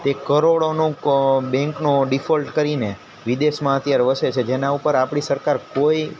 તે કરોડોનો ક બેન્કનો ડિફોલ્ટ કરીને વિદેશમાં અત્યારે વસે છે જેના ઉપર આપણી સરકાર કોઈ